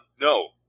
no